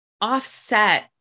offset